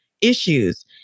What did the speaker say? issues